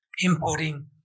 importing